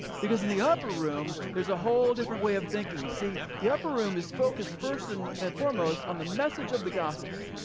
because in the upper room, there's a whole different way of thinking. you see the upper room is focused first and foremost on the message of the gospel.